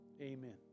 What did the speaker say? amen